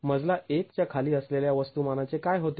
मजला 1 च्या खाली असलेल्या वस्तूमाना चे काय होते